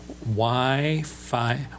Wi-Fi